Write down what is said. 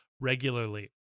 regularly